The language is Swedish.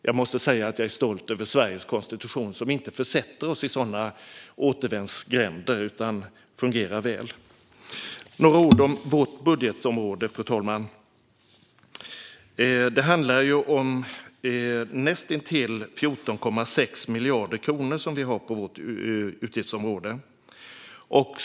Jag måste säga att jag är stolt över Sveriges konstitution, som inte försätter oss i sådana återvändsgränder utan fungerar väl. Några ord om vårt budgetområde, fru talman. Det handlar om näst intill 14,6 miljarder kronor som vi har på vårt utgiftsområde.